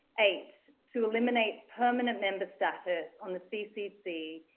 eight to eliminate permanent member status on the ccc,